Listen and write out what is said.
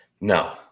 No